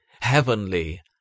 heavenly